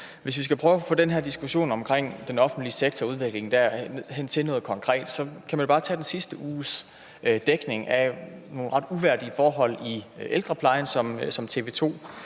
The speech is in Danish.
Hvis vi skal prøve at få den her diskussion om udviklingen i den offentlige sektor hen på noget konkret, kan man bare tage den sidste uges dækning af nogle ret uværdige forhold i ældreplejen, som TV